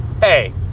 Hey